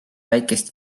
väikest